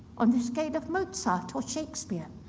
on the scale of mozart or shakespeare.